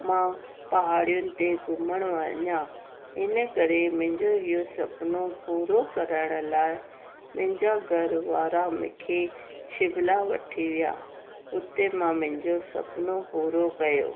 मां पहाड़ियुनि ते घुमणु वञां हिनकरे मुंहिंजो इहो सुपिनो पूरो करण लाइ मुंहिंजा घर वारा मूंखे शिमला वठी विया उते मां मुंहिंजो सुपिनो पूरो कयो